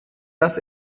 das